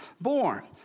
born